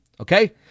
Okay